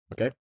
okay